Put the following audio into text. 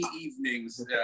evenings